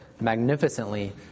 magnificently